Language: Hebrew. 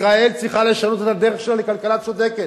ישראל צריכה לשנות את הדרך שלה לכלכלה צודקת,